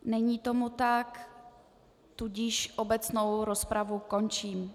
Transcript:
Není tomu tak, tudíž obecnou rozpravu končím.